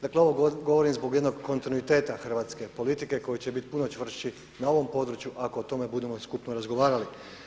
Dakle ovo govorim zbog jednog kontinuiteta hrvatske politike koji će biti puno čvršći na ovom području ako o tome budemo skupno razgovarali.